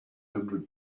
hundred